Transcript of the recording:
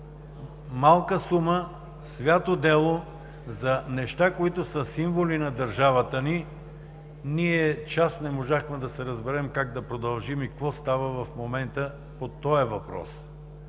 малка сума, свято дело за неща, които са символи на държавата ни. Ние час не можахме да се разберем как да продължим и какво става в момента по този въпрос?